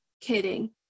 kidding